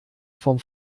vom